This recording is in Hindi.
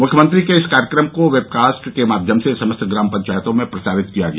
मुख्यमंत्री के इस कार्यक्रम को वेबकास्ट के माध्यम से समस्त ग्राम पंचायतों में प्रसारित किया गया